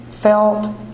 felt